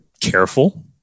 careful